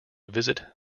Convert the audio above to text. visit